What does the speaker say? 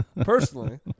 personally